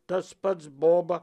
tas pats boba